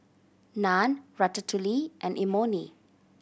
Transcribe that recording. Naan Ratatouille and Imoni